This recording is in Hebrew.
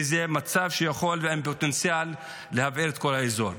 כי זה מצב שיכול ועם פוטנציאל להבעיר את כל האזור.